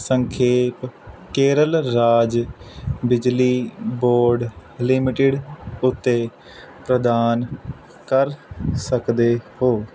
ਸੰਖੇਪ ਕੇਰਲ ਰਾਜ ਬਿਜਲੀ ਬੋਰਡ ਲਿਮਟਿਡ ਉੱਤੇ ਪ੍ਰਦਾਨ ਕਰ ਸਕਦੇ ਹੋ